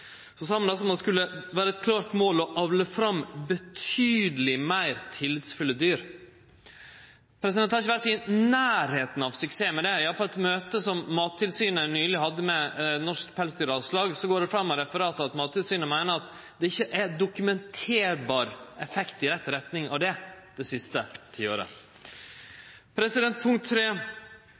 det skulle vere eit klart mål å avle fram betydeleg meir tillitsfulle dyr – og ein har ikkje vore i nærleiken av suksess! På eit møte som Mattilsynet nyleg hadde med Norges Pelsdyralslag, går det fram av referatet at Mattilsynet meiner at det ikkje har vore nokon dokumenterbar effekt av dette i rett retning dei siste ti åra. Punkt